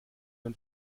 und